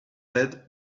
dead